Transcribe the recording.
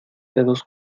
dedos